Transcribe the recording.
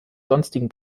sonstigen